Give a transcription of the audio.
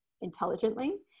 intelligently